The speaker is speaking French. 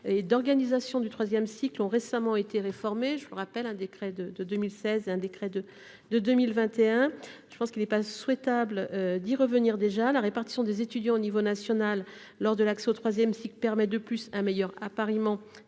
et d’organisation du troisième cycle ont récemment été réformées, par un décret de 2016 et un décret de 2021. Il n’est pas souhaitable d’y revenir aussi tôt. La répartition des étudiants à l’échelon national lors de l’accès au troisième cycle permet de plus un meilleur appariement